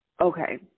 okay